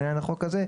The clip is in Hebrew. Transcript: לעניין החוק הזה,